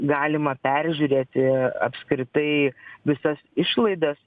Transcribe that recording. galima peržiūrėti apskritai visas išlaidas